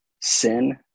sin